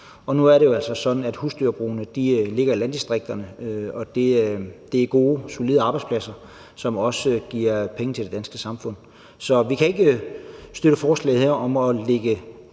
og nu er det jo altså sådan, at husdyrbrugene ligger i landdistrikterne, og det er gode, solide arbejdspladser, som også giver penge til det danske samfund. Så vi kan ikke støtte forslaget her om at lægge ud til